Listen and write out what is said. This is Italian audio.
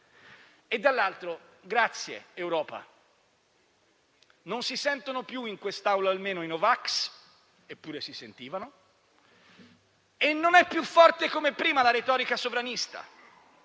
Dall'altro lato, grazie Europa. Non si sentono più - in quest'Aula, almeno - i No-vax, eppure si sentivano; e non è più forte come prima la retorica sovranista.